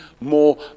more